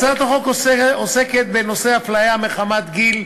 הצעת החוק עוסקת בנושא הפליה מחמת גיל,